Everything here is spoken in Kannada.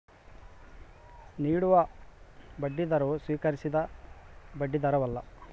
ನೀಡುವ ಬಡ್ಡಿದರವು ಸ್ವೀಕರಿಸಿದ ಬಡ್ಡಿದರವಲ್ಲ